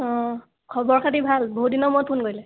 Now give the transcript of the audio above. অঁ খবৰ খাতি ভাল বহুত দিনৰমূৰত ফোন কৰিলে